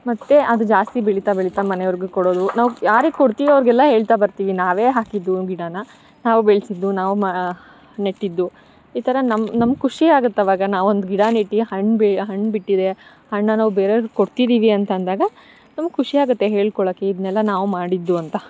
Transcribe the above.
ಮತ್ತೆ ಅದು ಜಾಸ್ತಿ ಬೆಳಿತ ಬೆಳಿತ ಮನೆವರಿಗೆ ಕೊಡೋದು ನಾವು ಯಾರಿಗೆ ಕೊಡ್ತೀವಿ ಅವರಿಗೆಲ್ಲ ಹೇಳ್ತಾ ಬರ್ತೀವಿ ನಾವೇ ಹಾಕಿದ್ದು ಗಿಡನ ನಾವು ಬೆಳೆಸಿದ್ದು ನಾವು ನೆಟ್ಟಿದು ಈ ಥರ ನಮ್ಮ ಖುಶಿ ಆಗುತ್ತೆ ಆವಾಗ ನಾವೊಂದು ಗಿಡ ನೆಟ್ಟು ಹಣ್ಣು ಬಿ ಹಣ್ಣು ಬಿಟ್ಟಿದೆ ಹಣ್ಣನ್ನು ಬೇರೆಯವರಿಗೆ ಕೊಡ್ತಿದೀವಿ ಅಂತ ಅಂದಾಗ ನಮ್ಗೆ ಖುಶಿಯಾಗುತ್ತೆ ಹೇಳ್ಕೊಳೋಕ್ಕೆ ಇದನೆಲ್ಲ ನಾವು ಮಾಡಿದ್ದು ಅಂತ